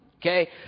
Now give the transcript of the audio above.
Okay